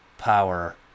power